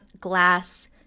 glass